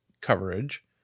coverage